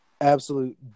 absolute